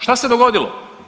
Šta se dogodilo?